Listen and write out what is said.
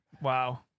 Wow